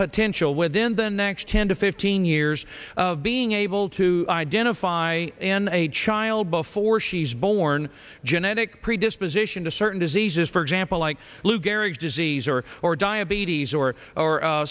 potential within the next ten to fifteen years of being able to identify in a child before she's born genetic predisposition to certain diseases for example like lou gehrig's disease or or diabetes or